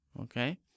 okay